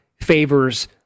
favors